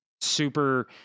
super